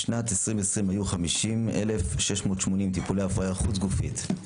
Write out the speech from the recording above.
בשנת 2020 היו 50,680 טיפולי הפריה חוץ גופית,